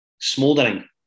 smouldering